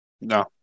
No